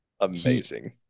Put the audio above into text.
amazing